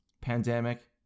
pandemic